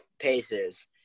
Pacers